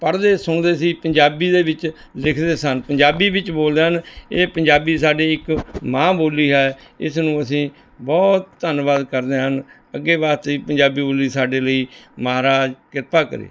ਪੜ੍ਹਦੇ ਸੁਣਦੇ ਸੀ ਪੰਜਾਬੀ ਦੇ ਵਿੱਚ ਲਿਖਦੇ ਸਨ ਪੰਜਾਬੀ ਵਿਚ ਬੋਲਦੇ ਹਨ ਇਹ ਪੰਜਾਬੀ ਸਾਡੀ ਇੱਕ ਮਾਂ ਬੋਲੀ ਹੈ ਇਸਨੂੰ ਅਸੀਂ ਬਹੁਤ ਧੰਨਵਾਦ ਕਰਦੇ ਹਨ ਅੱਗੇ ਵਾਸਤੇ ਪੰਜਾਬੀ ਬੋਲੀ ਸਾਡੇ ਲਈ ਮਹਾਰਾਜ ਕਿਰਪਾ ਕਰੇ